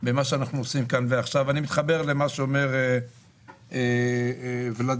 אני מתחבר למה שאומר ולדימיר